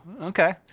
Okay